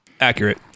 Accurate